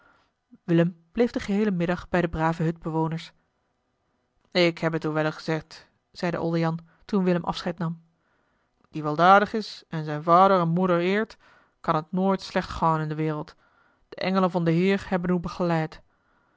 bleef den geheelen middag bij de brave hutbewoners ik heb het oe wel ezegd zeide oldejan toen willem afscheid nam die weldadig is en zijn vaoder en moeder eert kan het nooit slecht gaon in de wereld de engelen van den heer hebben oe begeleid